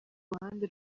ruhande